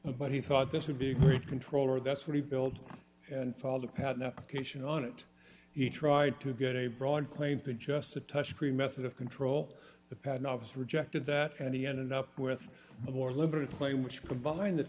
but he thought this would be a great controller that's what he built and filed a patent application on it he tried to get a broad claim to just a touch screen method of control the patent office rejected that and he ended up with a more liberal play which combined th